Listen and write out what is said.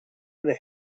they